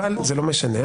אבל זה לא משנה,